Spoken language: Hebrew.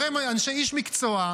איש מקצוע,